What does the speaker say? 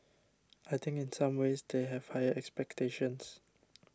I think in some ways they have higher expectations